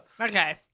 Okay